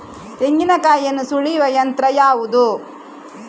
ತೆಂಗಿನಕಾಯಿಯನ್ನು ಸುಲಿಯುವ ಯಂತ್ರ ಯಾವುದು?